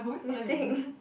mistake